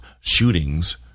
shootings